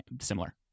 similar